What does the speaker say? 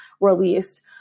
released